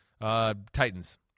Titans